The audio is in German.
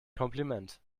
kompliment